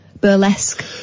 burlesque